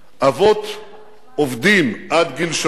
אבות עובדים עד גיל שלוש